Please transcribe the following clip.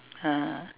ah